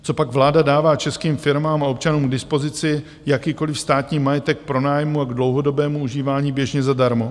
Copak vláda dává českým firmám a občanům k dispozici jakýkoliv státní majetek k pronájmu a dlouhodobému užívání běžně zadarmo?